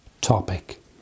topic